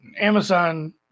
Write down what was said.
Amazon